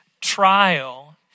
trial